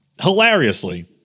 hilariously